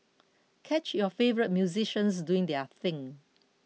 catch your favourites musicians doing their thing